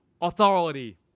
authority